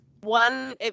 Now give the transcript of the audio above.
one